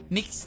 Mix